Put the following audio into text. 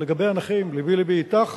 לגבי הנכים, לבי אתך,